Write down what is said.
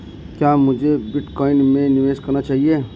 क्या मुझे बिटकॉइन में निवेश करना चाहिए?